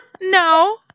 no